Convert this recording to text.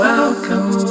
Welcome